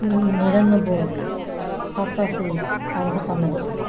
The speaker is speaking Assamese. নিৰান্নব্বৈ সাতাশী আৰু সাতান্নব্বৈ